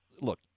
Look